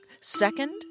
Second